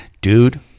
Dude